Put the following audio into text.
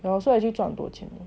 yeah lor so actually 赚很多钱的